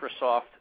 Microsoft